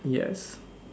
yes